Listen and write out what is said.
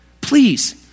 Please